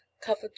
covered